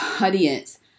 audience